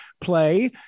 play